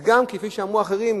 וכפי שאמרו אחרים,